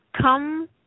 come